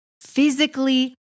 physically